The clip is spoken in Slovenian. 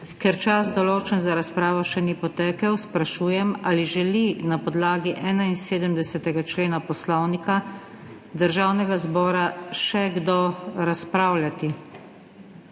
Ker čas določen za razpravo še ni potekel, sprašujem ali želi na podlagi 71. člena Poslovnika Državnega zbora še kdo razpravljati?